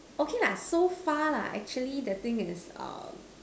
okay lah so far lah actually the thing is um